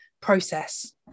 process